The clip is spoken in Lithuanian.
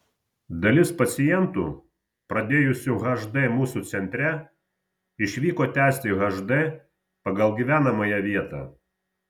dalis pacientų pradėjusių hd mūsų centre išvyko tęsti hd pagal gyvenamąją vietą